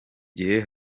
gihe